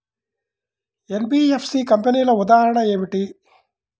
NBFC కంపెనీల ఉదాహరణ ఏమిటి?